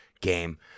game